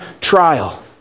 trial